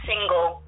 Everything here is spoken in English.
single